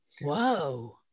Whoa